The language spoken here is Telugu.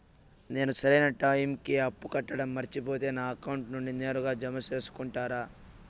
నేను సరైన టైముకి అప్పు కట్టడం మర్చిపోతే నా అకౌంట్ నుండి నేరుగా జామ సేసుకుంటారా?